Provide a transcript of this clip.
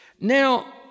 Now